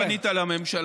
גם אתה פנית לממשלה.